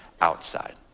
outside